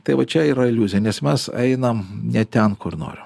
tai va čia yra iliuzija nes mes einam ne ten kur noriu